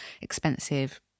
expensive